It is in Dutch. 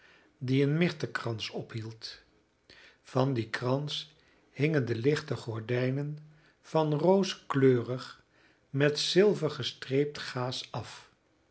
die een mirtekrans ophield van dien krans hingen de lichte gordijnen van rooskleurig met zilver gestreept gaas af